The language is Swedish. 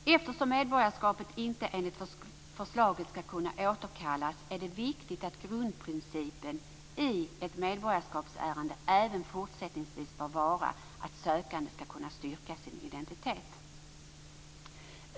Eftersom medborgarskapet enligt förslaget inte skall kunna återkallas är det viktigt att grundprincipen i ett medborgarskapsärende även fortsättningsvis bör vara att sökanden skall kunna styrka sin identitet.